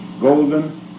golden